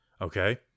Okay